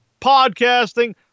podcasting